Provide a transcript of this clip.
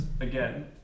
again